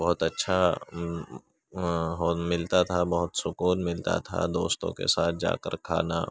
بہت اچھا ملتا تھا بہت سکون ملتا تھا دوستوں کے ساتھ جا کر کھانا